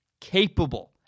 Capable